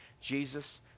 Jesus